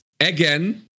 again